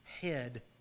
head